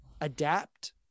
adapt